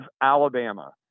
Alabama